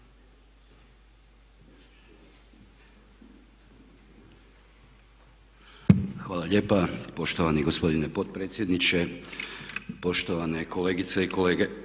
Hvala lijepa poštovani gospodine potpredsjedniče, poštovane kolegice i kolege.